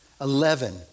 Eleven